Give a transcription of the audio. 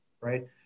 right